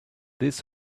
this